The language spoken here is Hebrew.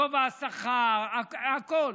גובה השכר, הכול.